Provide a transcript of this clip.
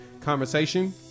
conversation